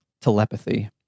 telepathy